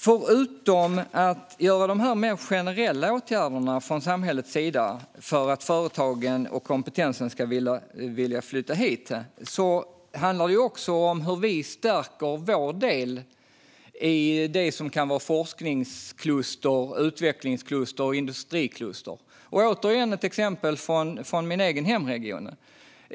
Förutom de mer generella åtgärderna från samhällets sida för att företagen och kompetensen ska vilja flytta hit handlar det om hur vi stärker vår del i det som kan vara forskningskluster, utvecklingskluster och industrikluster. Jag tar återigen ett exempel från min hemregion.